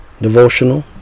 devotional